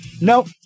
Nope